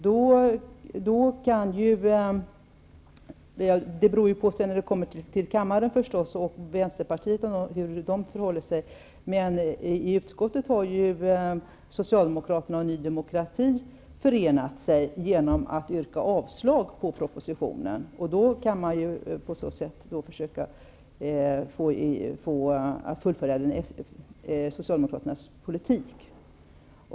Sedan beror det ju på, när förslaget kommer till kammaren, hur Vänsterpartiet förhåller sig, men i utskottet har Socialdemokraterna och Ny demokrati enats om att yrka avslag på propositionen. På så sätt kan de ju då försöka sig på att fullfölja Socialdemokraternas politik.